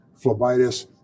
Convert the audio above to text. phlebitis